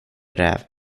räv